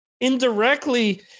indirectly